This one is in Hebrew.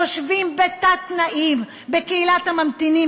יושבים בתת-תנאים בקהילת הממתינים,